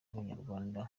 abanyarwanda